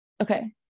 Okay